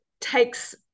takes